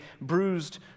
bruised